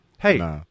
Hey